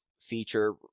feature